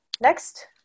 next